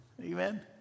Amen